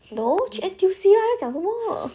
no 去 N_T_U_C lah 他讲什么